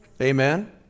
Amen